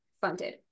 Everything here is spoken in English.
funded